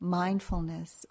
mindfulness